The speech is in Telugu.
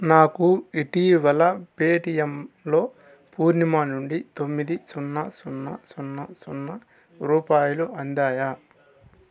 నాకు ఇటీవల పేటిఎమ్లో పూర్ణిమ నుండి తొమ్మిది సున్నా సున్నా సున్నా సున్నా రూపాయలు అందాయా